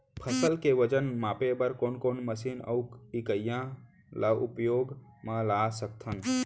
फसल के वजन मापे बर कोन कोन मशीन अऊ इकाइयां ला उपयोग मा ला सकथन?